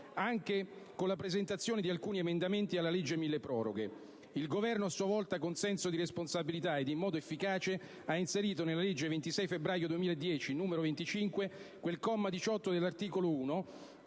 anche con la presentazione di alcuni emendamenti al decreto milleproroghe. Il Governo, a sua volta, con senso di responsabilità ed in modo efficace, ha inserito nella legge 26 febbraio 2010, n. 25, quel comma 18 dell'articolo 1